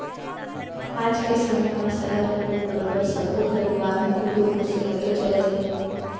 आज के समे म सहर कोइत बरोबर सब्बो घर दुवार म कुकुर पोसे ह तो चलते हे